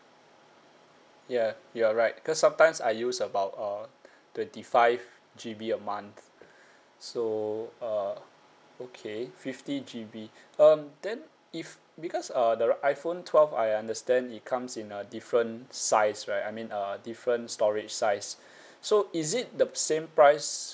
yeah you're right cause sometimes I use about uh twenty five G_B a month so uh okay fifty G_B um then if because uh the iphone twelve I understand it comes in a different size right I mean uh different storage size so is it the same price